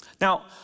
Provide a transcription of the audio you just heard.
Now